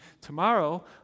tomorrow